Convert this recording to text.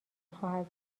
خواهد